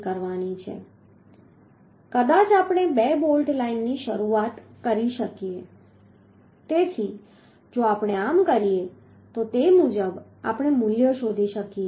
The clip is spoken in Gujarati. કદાચ આપણે બે બોલ્ટ લાઇનથી શરૂઆત કરી શકીએ તેથી જો આપણે આમ કરીએ તો તે મુજબ આપણે મૂલ્ય શોધી શકીએ